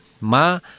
ma